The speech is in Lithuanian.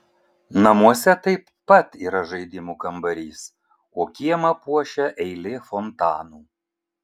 namuose taip pat yra žaidimų kambarys o kiemą puošia eilė fontanų